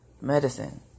medicine